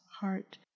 heart